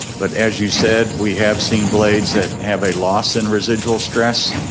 but as you said, we have seen blades that have a loss in residual stress.